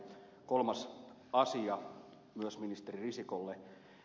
kolmas asia myös ministeri risikolle